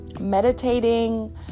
meditating